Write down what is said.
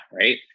right